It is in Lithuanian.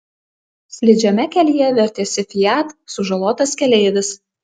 slidžiame kelyje vertėsi fiat sužalotas keleivis